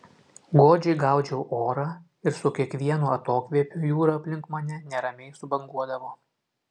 godžiai gaudžiau orą ir su kiekvienu atokvėpiu jūra aplink mane neramiai subanguodavo